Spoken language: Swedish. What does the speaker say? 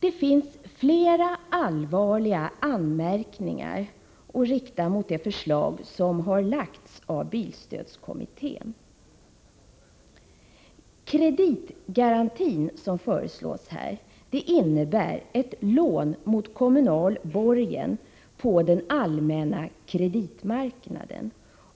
Det finns flera allvarliga anmärkningar att rikta mot det förslag som har lagts fram av bilstödskommittén. Den kreditgaranti som föreslås innebär lån mot kommunal borgen på den allmänna kreditmarknaden.